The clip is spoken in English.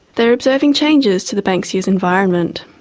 they are observing changes to the banksia's environment.